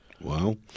Wow